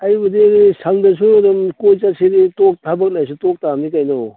ꯑꯩꯕꯨꯗꯤ ꯁꯪꯗ꯭ꯔꯁꯨ ꯑꯗꯨꯝ ꯀꯣꯏ ꯆꯠꯁꯤꯗꯤ ꯊꯕꯛ ꯂꯩꯔꯁꯨ ꯇꯣꯛꯇꯥꯃꯤ ꯀꯩꯅꯣ